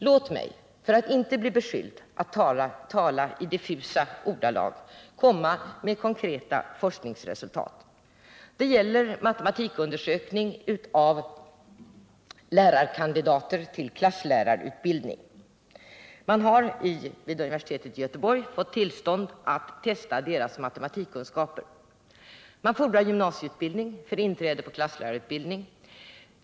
Låt mig, för att inte bli beskylld för att tala i diffusa ordalag, komma med konkreta forskningsresultat. Det gäller en matematikundersökning utförd på lärarkandidater i klasslärarutbildning. Vid universitetet i Göteborg har man fått tillstånd att testa lärarkandidaternas matematikkunskaper. Det fordras gymnasieutbildning för inträde på klasslärarutbildning.